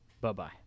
Bye-bye